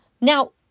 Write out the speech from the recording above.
Now